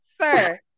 sir